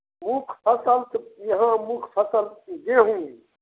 मुख फसल तऽ यहाॅं मुख फसल गेहूॅं